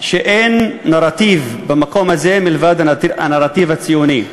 שאין נרטיב במקום הזה מלבד הנרטיב הציוני,